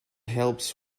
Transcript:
helps